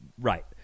right